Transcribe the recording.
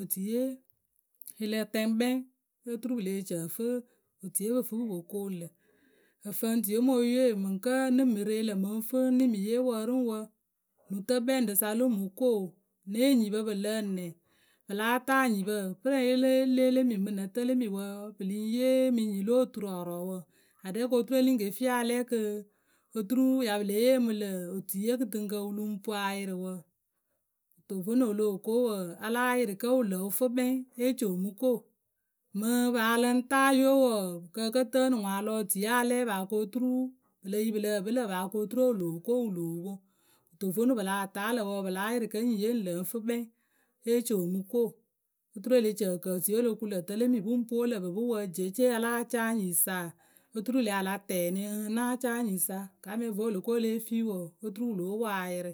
otuiye a la tɛŋ kpɛŋ oturu pǝ leh ci ǝ fɨ otuiye pǝ fǝ pǝ po koonu lǝ̈. Ǝfǝŋtuiye mo ye mǝŋkǝ́ ŋ neh mǝ re lǝ̂ mǝŋ fǝ nɨ mǝ yee wǝ ri ŋ wǝ nutǝkpɛŋrǝ sa lǝŋ mǝ ko, ne enyipǝ pǝ lǝ nɛ? Pǝ láa taa enyipǝ? Pɨrǝŋye le le lemi mǝ nǝ tǝ lemi wǝǝ pǝ lǝŋ yee mi nyi lo turɔɔrɔɔwǝ aɖɛ ko turu ǝ lǝŋ ke fii a lɛ kɨ oturu pǝ ya lée yee mǝ lǝ̈ cotuiye kɨtɨŋkǝ wǝ lǝŋ poŋ ayɩrɩ wǝ. Kǝto vonuŋ o loh ko wǝǝ, a láa yɩrɩ kǝ́ wǝ lǝ wǝ fǝ kpɛŋ e ci o mǝ ko. Mǝŋ paa a lǝŋ taa yewe wɔɔ kɨ ǝ kǝ́ tǝǝnɨ ŋwǝ a lɔ otuiye a lɛ paa kotu pǝ le yi pǝ lǝh pɨ lǝ̈ paa ko turu o loo ko wǝ loo poŋ. Kǝto vonuŋ pǝ lah taa lǝ̈ wǝǝ pǝ láa yɩrɩ kǝ́ nyiye ŋ lǝ ŋ fǝ kpɛŋ e ci o mǝ ko. Oturu e le ci ǝ kǝ otuiye o lo ku lǝ̂ tǝ lemi pǝ ŋ pwo lǝ̂ pǝ pɨ wǝǝ jeece a láa caa nuiyǝsa? oturu lë a la tɛɛnɩ ǝŋ náa caa nyiyǝ sa gaamɛye vo o lo ko e lée fii wǝǝ, oturu wǝ lóo poŋ ayɩrɩ.